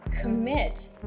commit